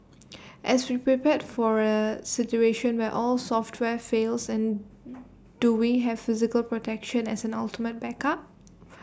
as we prepared for A situation where all software fails and do we have physical protection as an ultimate backup